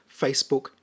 Facebook